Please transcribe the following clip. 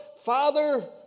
Father